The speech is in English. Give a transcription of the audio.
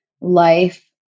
life